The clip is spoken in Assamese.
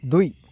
দুই